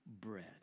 bread